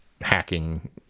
hacking